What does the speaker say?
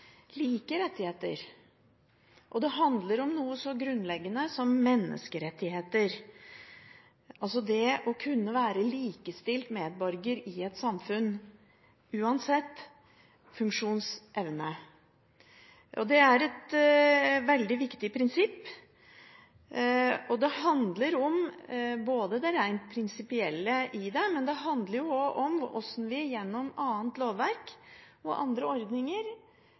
like rettigheter, og det handler om noe så grunnleggende som menneskerettigheter – det å kunne være likestilt medborger i et samfunn uansett funksjonsevne. Det er et veldig viktig prinsipp – det handler om det rent prinsipielle i det, men det handler også om hvordan vi gjennom annet lovverk og andre ordninger